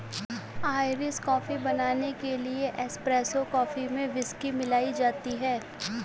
Irish coffee बनाने के लिए एस्प्रेसो कॉफी में व्हिस्की मिलाई जाती है